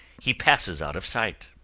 he passes out of sight.